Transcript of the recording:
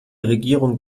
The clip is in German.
regierung